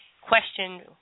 question